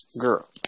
Girl